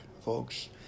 folks